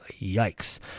Yikes